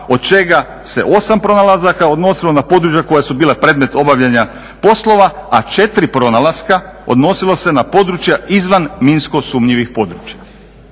od čega se 8 pronalazaka odnosilo na područja koja su bila predmet obavljanja poslova a četiri pronalaska odnosilo se na područja izvan minsko sumnjivih područja.